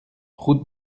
route